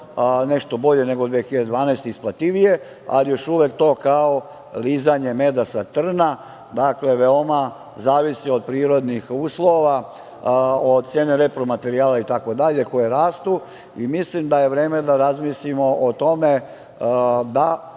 nešto bolje nego 2012. godine, isplativije je, ali je još uvek to kao lizanje meda sa trna. Dakle, veoma zavisi od prirodnih uslova, od cene repromaterijala itd. koje rastu i mislim da je vreme da razmislimo o tome da